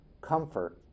comfort